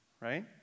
right